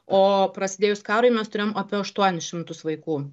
o prasidėjus karui mes turėjom apie aštuonis šimtus vaikų